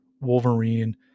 Wolverine